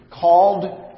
called